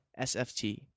SFT